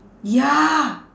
ya